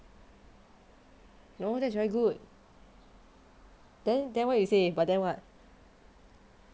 oh that's very good but then what you say but then what